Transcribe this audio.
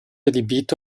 adibito